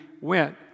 went